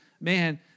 Man